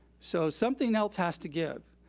so something else has to give.